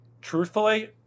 Truthfully